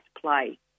play